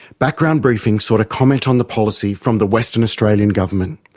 background briefing sought a comment on the policy from the western australian government.